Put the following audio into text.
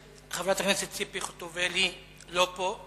חברת הכנסת ציפי חוטובלי, לא פה.